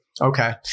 Okay